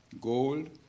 gold